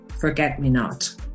Forget-Me-Not